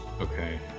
Okay